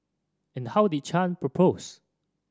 and how did Chan propose